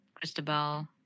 christabel